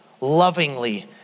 lovingly